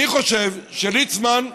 אני חושב שליצמן,